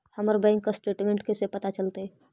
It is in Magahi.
हमर बैंक स्टेटमेंट कैसे पता चलतै?